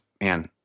man